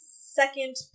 second